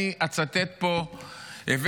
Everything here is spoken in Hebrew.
אני אצטט פה -- אוה,